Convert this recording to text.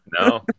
no